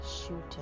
shooting